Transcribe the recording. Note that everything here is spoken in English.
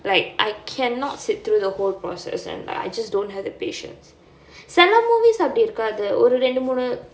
like I cannot sit through the whole process and I just don't have the patience சில சில:sila sila movies அப்படி இருக்காது ஒரு ரெண்டு முனு:appadi irukkaathu oru rendu moonu